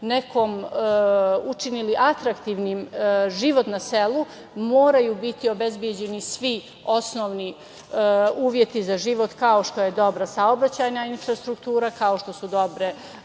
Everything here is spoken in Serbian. nekom učinili atraktivnim život na selu, moraju biti obezbeđeni svi osnovni uslovi za život, kao što je dobra saobraćajna infrastruktura, kao što su dobre